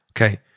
okay